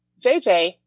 JJ